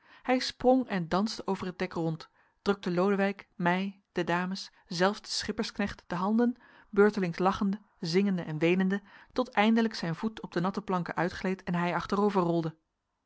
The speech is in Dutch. hij sprong en danste over het dek rond drukte lodewijk mij de dames zelfs den schippersknecht de handen beurtelings lachende zingende en weenende tot eindelijk zijn voet op de natte planken uitgleed en hij achterover rolde